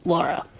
Laura